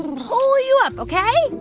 um pull you up, ok?